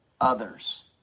others